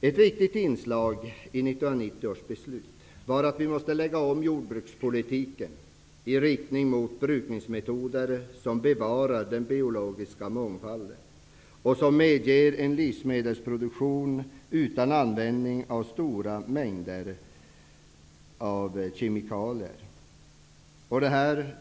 Ett viktigt inslag i 1990 års beslut var att vi måste lägga om jordbrukspolitiken i riktning mot brukningsmetoder som bevarar den biologiska mångfalden och som medger en livsmedelsproduktion utan användning av stora mängder av kemikalier.